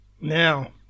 Now